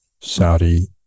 Saudi